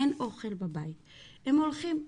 אין אוכל בבית, הם הולכים לגנוב,